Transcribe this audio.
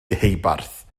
deheubarth